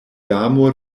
damo